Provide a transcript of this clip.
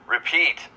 Repeat